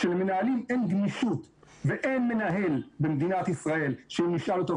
כשלמנהלים אין גמישות ואין מנהל במדינת ישראל שנשאל אותו,